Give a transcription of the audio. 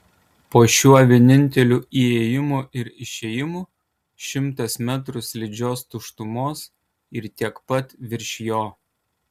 po šiuo vieninteliu įėjimu ir išėjimu šimtas metrų slidžios tuštumos ir tiek pat virš jo